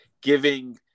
giving